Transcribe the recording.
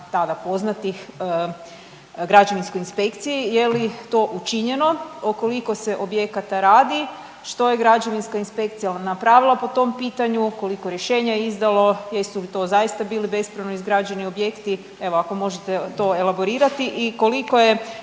tada poznatih građevinskoj inspekciji. Je li to učinjeno, o koliko se objekata radi, što je građevinska inspekcija napravila po tom pitanju, koliko rješenja je izdalo, jesu li to zaista bili bespravno izgrađeni objekti? Evo ako možete to elaborirati. I koliko je